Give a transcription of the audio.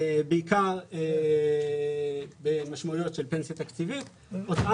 בעיקר במשמעויות של פנסיה תקציבית והוצאה